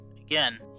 Again